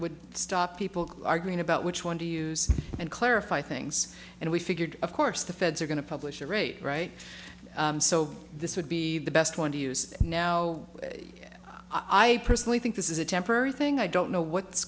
would stop people arguing about which one to use and clarify things and we figured of course the feds are going to publish a rate right so this would be the best one to use now i personally think this is a temporary thing i don't know what's